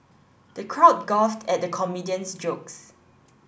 the crowd at the comedian's jokes